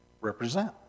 represent